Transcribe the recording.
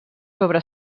sobre